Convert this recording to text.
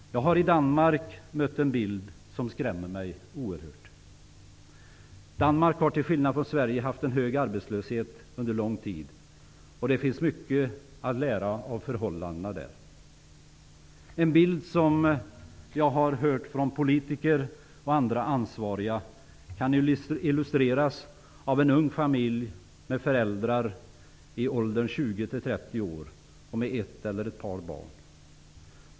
Jag har i Danmark mött en bild som skrämmer mig oerhört. Danmark har till skillnad från Sverige haft en hög arbetslöshet under lång tid, och det finns mycket att lära av förhållandena där. En bild, som jag har fått från politiker och andra ansvariga, är en ung familj med föräldrar i åldern 20--30 år och med ett eller ett par barn.